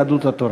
יהדות התורה.